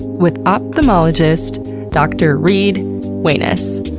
with ophthalmologist dr. reid wainess.